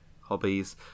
hobbies